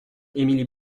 émilie